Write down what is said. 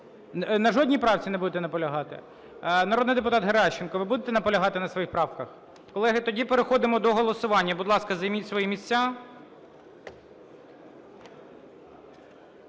На жодній правці не будете наполягати? Народний депутат Геращенко, ви будете наполягати на своїх правках? Колеги, тоді переходимо до голосування. Будь ласка, займіть свої місця.